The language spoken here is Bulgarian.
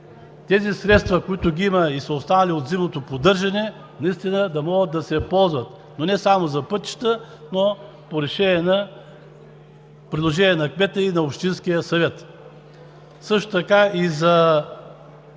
тези средства, които ги има и са останали от зимното поддържане, да могат да се ползват, но не само за пътища, а и по предложения на кмета и на общинския съвет. Също така и за